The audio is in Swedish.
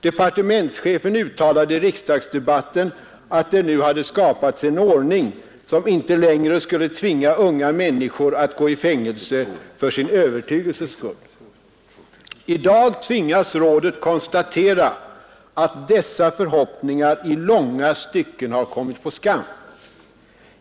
Departementschefen uttala de i riksdagsdebatten att det nu hade skapats en ordning, som inte längre skulle tvinga unga människor att gå i fängelse för sin övertygelses skull. I dag tvingas Rådet konstatera att dessa förhoppningar i långa stycken har kommit på skam.